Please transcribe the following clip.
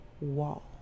wall